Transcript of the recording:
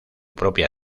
propia